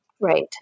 right